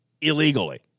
illegally